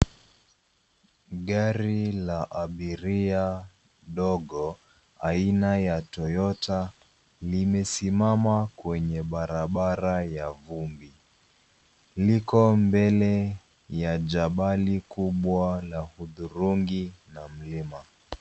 Gari la abiria ndogo, aina ya Toyota limesimama kwenye barabara ya vumbi . Liko mbele ya jabali kubwa la udhurungi na mlima.